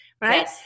Right